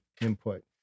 input